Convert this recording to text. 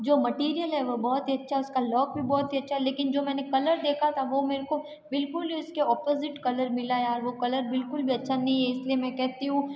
जो मटीरियल है वह बहुत ही अच्छा उसका लॉक भी बहुत ही अच्छा है लेकिन जो मैंने कलर देखा है वह मेरे को बिल्कुल उसके अपोजिट कलर मिला है यार वह कलर बिल्कुल भी अच्छा नहीं है इसलिए मैं कहती हूँ